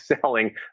selling